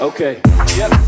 Okay